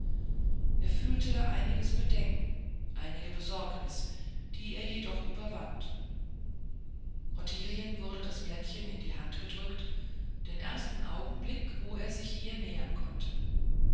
er fühlte einiges bedenken einige besorgnis die er jedoch überwand ottilien wurde das blättchen in die hand gedrückt den ersten augenblick wo er sich ihr nähern konnte